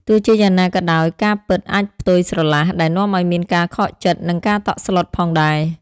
ទោះជាយ៉ាងណាក៏ដោយ ការពិតអាចផ្ទុយស្រឡះ ដែលនាំឱ្យមានការខកចិត្ត និងការតក់ស្លុតផងដែរ។